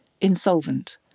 insolvent